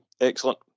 excellent